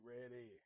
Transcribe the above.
ready